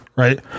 Right